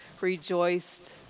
rejoiced